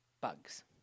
bugs